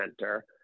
center